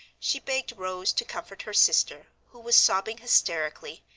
she begged rose to comfort her sister, who was sobbing hysterically,